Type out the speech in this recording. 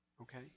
okay